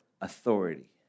authority